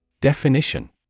Definition